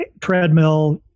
treadmill